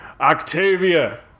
Octavia